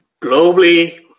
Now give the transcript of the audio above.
Globally